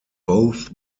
both